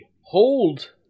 hold